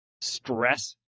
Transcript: stress